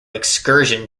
excursion